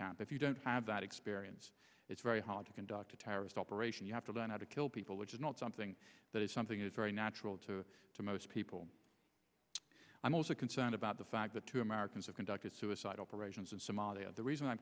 camp if you don't have that experience it's very hard to conduct a terrorist operation you have to learn how to kill people which is not something that is something that is very natural to to most people i'm most concerned about the fact that two americans have conducted suicide operations of somalia the reason i'm